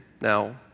Now